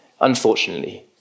unfortunately